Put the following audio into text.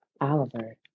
Oliver